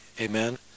amen